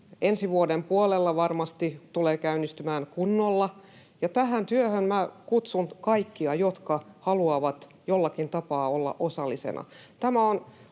ensi vuoden puolella varmasti tulee käynnistymään kunnolla, ja tähän työhön minä kutsun kaikki, jotka haluavat jollakin tapaa olla osallisena.